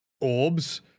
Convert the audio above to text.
orbs